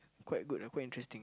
quite good ah quite interesting